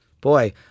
boy